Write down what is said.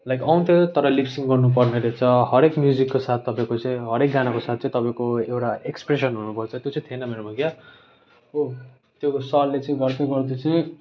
like आउँथ्यो तर lip sync गर्नुपर्ने रहेछ हरेक म्युजिकको साथ तपाईँको चाहिँ हरेक गानाको साथ चाहिँ तपाईँको एउटा एक्सप्रेसन हुनुपर्छ त्यो चाहिँ थिएन मेरोमा क्या हो त्यो सरले चाहिँ वान टु गर्दै चाहिँ